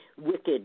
Wicked